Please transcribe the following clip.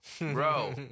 bro